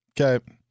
Okay